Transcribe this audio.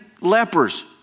lepers